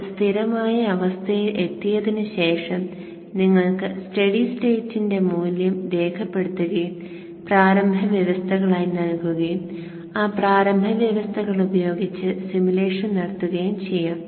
അത് സ്ഥിരമായ അവസ്ഥയിൽ എത്തിയതിന് ശേഷം നിങ്ങൾക്ക് സ്റ്റഡി സ്റ്റേറ്റിന്റെ മൂല്യം രേഖപ്പെടുത്തുകയും പ്രാരംഭ വ്യവസ്ഥകളായി നൽകുകയും ആ പ്രാരംഭ വ്യവസ്ഥകൾ ഉപയോഗിച്ച് സിമുലേഷൻ നടത്തുകയും ചെയ്യാം